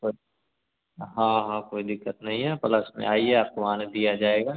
हाँ हाँ कोई दिक्कत नहीं है प्लस में आइए आपको आने दिया जाएगा